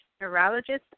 neurologist